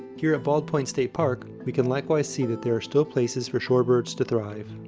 here at bald point state park, we can likewise see that there are still places for shorebirds to thrive.